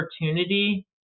opportunity